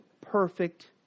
perfect